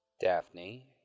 Daphne